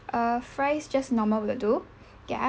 err fries just normal will do ya